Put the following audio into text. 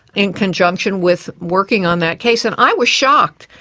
in conjunction with working on that case. and i was shocked.